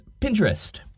Pinterest